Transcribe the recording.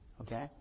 Okay